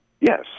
Yes